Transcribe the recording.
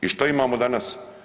I što imamo danas?